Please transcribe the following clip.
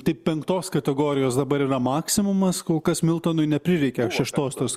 tai penktos kategorijos dabar yra maksimumas kol kas miltonui neprireikė šeštos tos